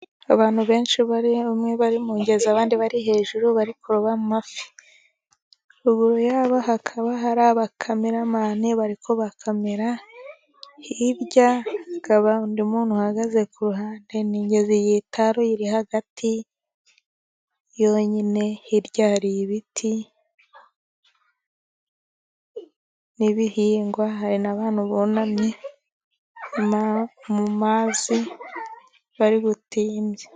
Abantu benshi bamwe bari mu mungezi, abandi bari hejuru bari kuroba amafi. Ruguru yabo hakaba hari abakameramane barimo bakamera. Hirya hakaba undi muntu uhagaze ku ruhande. Imigezi yitaruye iri hagati yonyine, hirya hari ibiti n'ibihingwa, hari n'abantu bunamye mu mazi bari gutimbya.